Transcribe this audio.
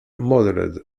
modelled